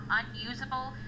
unusable